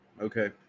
Okay